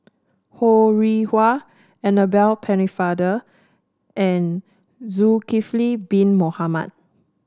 Ho Rih Hwa Annabel Pennefather and Zulkifli Bin Mohamed